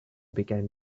began